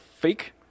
fake